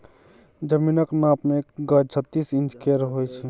जमीनक नाप मे एक गज छत्तीस इंच केर होइ छै